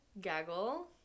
Gaggle